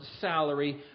salary